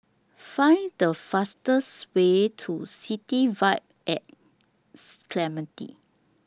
Find The fastest Way to City Vibe At Clementi